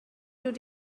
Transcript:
dod